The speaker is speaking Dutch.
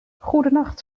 goedenacht